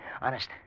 Honest